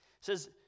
says